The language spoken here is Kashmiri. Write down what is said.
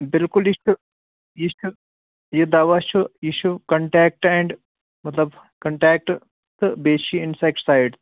بِلکُل یہِ چھُ یہِ چھُ یہِ دوا چھُ یہِ چھُ کنٹیکٹ اینٛڈ مطلب کنٹیکٹ تہٕ بیٚیہِ چھِ یہِ اِنفیکٹ سایڈ